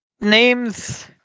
names